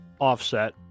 offset